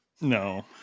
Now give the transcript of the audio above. No